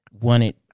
wanted